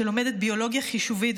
שלומדת ביולוגיה חישובית,